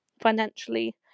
financially